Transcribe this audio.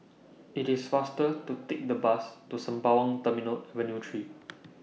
IT IS faster to Take The Bus to Sembawang Terminal Avenue three